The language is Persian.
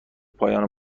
پایان